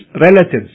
relatives